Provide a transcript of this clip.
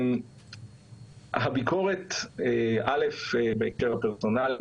הביקורת בהקשר הפרסונלי,